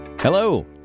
Hello